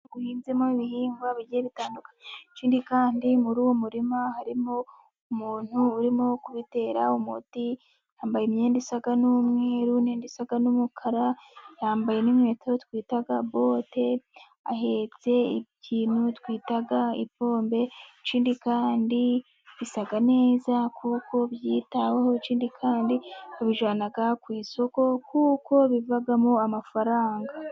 Umurima uhinzemo ibihingwa bigiye bitandukanye, ikindi kandi muri uwo murima harimo umuntu urimo kubitera umuti, yambaye imyenda isa n'umweru n'indi isa n'umukara, yambaye n'inkweto twita bote, ahetse ikintu twita ipombe, ikindi kandi bisa neza kuko byitaweho, ikindi kandi babijyana ku isoko kuko bivamo amafaranga.